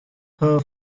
her